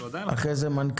נסו